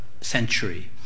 century